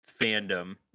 fandom